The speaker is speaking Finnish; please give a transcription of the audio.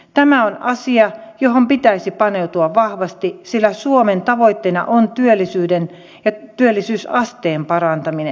tämä on asia johon pitäisi paneutua vahvasti sillä suomen tavoitteena on työllisyyden ja työllisyysasteen parantaminen